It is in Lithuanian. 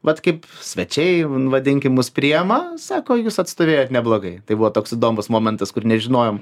vat kaip svečiai vadinkim mus priima sako jūs atstovėjot neblogai tai buvo toks įdomus momentas kur nežinojom